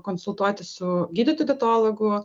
konsultuotis su gydytoju dietologu